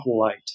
light